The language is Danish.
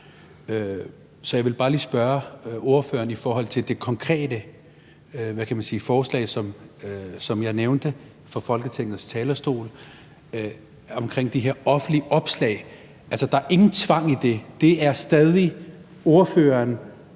Så jeg vil bare lige spørge ordføreren i forhold til det konkrete forslag, som jeg nævnte fra Folketingets talerstol, om de her offentlige opslag. Der er ingen tvang i det. Det er stadig ordføreren,